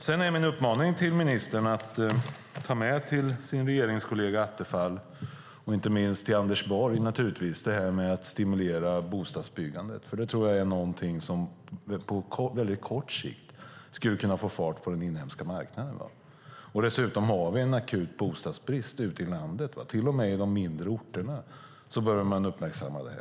Sedan är min uppmaning till ministern att hon till sina regeringskolleger Attefall och Anders Borg tar med detta med att stimulera bostadsbyggandet. Det tror jag är något som på kort sikt skulle kunna få fart på den inhemska marknaden. Dessutom har vi en akut bostadsbrist ute i landet. Till och med på de mindre orterna börjar man uppmärksamma det.